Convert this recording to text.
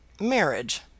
marriage